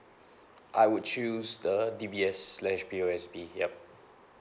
I would choose the D_B_S slash P_O_S_B yup